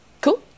Cool